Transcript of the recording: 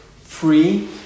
free